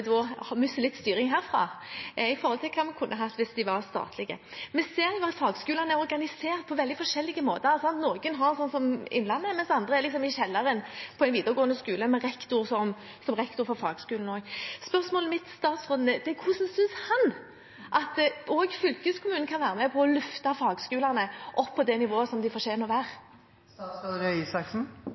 herfra, i forhold til hva vi kunne hatt hvis de var statlige. Vi ser at fagskolene er organisert på veldig forskjellige måter. Noen har det som Fagskolen Innlandet, mens andre er i kjelleren på en videregående skole, med en rektor som er rektor for fagskolen også. Spørsmålet mitt til statsråden er: Hvordan synes han at også fylkeskommunen kan være med på å løfte fagskolene opp på det nivået som de fortjener å være